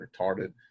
retarded